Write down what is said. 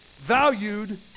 valued